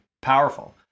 powerful